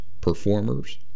performers